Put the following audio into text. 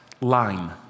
line